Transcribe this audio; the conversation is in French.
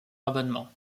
abonnement